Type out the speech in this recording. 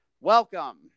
Welcome